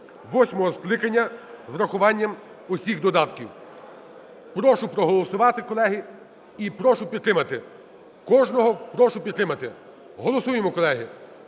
скликання з врахуванням усіх додатків. Прошу проголосувати, колеги, і прошу підтримати. Кожного прошу підтримати. Голосуємо, колеги.